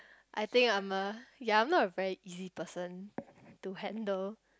I think I'm a ya I am not a very easy person to handle